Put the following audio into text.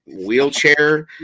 wheelchair